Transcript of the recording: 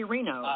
Reno